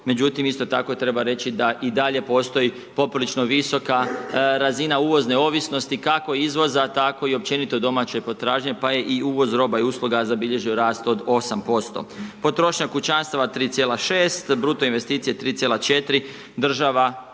Međutim, isto tako, treba reći da i dalje postoji poprilično visoka razina uvozne ovisnosti, kako izvoza, tako i općenito domaće potražnje, pa je i uvoz roba i usluga, zabilježio rast od 8%. Potrošnja kućanstva 3,6, bruto investicije 3,4, država